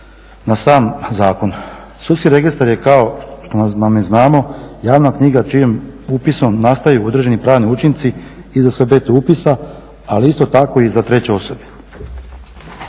na sam zakon. Sudski registar je kao što znamo javna knjiga čijim upisom nastaju određeni pravni učinci i za subjekte upisa, ali isto tako i za treće osobe.